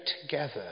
together